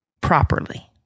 Properly